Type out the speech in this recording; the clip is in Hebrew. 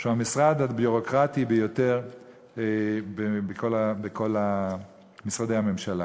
שהוא המשרד הביורוקרטי ביותר בכל משרדי הממשלה.